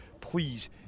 Please